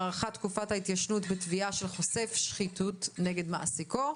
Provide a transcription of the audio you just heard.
הארכת תקופת ההתיישנות בתביעה של חושף שחיתות נגד מעסיקו),